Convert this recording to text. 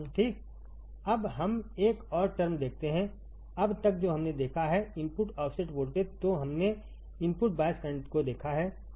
ठीक अब हम एक और टर्म देखते हैंअब तक जो हमने देखा है इनपुट ऑफसेट वोल्टेज तो हमने इनपुट बायस करंट को देखा है